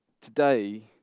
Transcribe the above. today